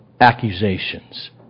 accusations